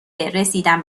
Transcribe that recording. رسیدن